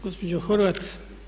Gospođo Horvat!